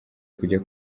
kujya